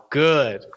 good